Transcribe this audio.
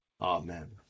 Amen